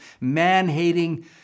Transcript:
man-hating